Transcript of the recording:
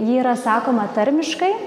ji yra sakoma tarmiškai